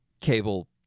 cable